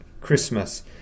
Christmas